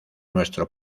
nuestro